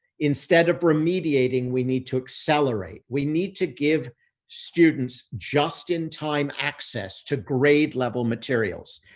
instead of remediating, we need to accelerate. we need to give students just in time access to grade level materials.